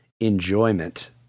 enjoyment